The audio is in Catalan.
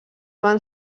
van